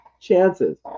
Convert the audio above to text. chances